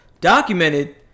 documented